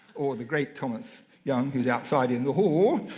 or the great thomas young, who's outside in the hall,